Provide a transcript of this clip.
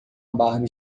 barba